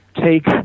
take